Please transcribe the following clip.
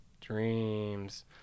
Dreams